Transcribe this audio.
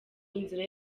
inzira